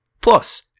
Plus